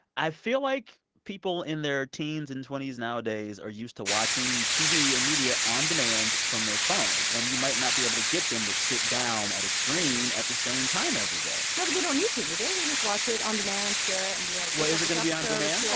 i feel like people in their teens and twenty s nowadays are used to watching tv and media on demand from their phone. and you might not be able to get them to sit down at a screen at the same time every day no, but they don't need to, do they? they just watch it on demand, share it and be like. well, is it going to be on demand. yeah